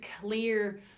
clear